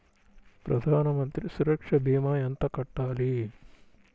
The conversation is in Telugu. ప్రధాన మంత్రి సురక్ష భీమా ఎంత కట్టాలి?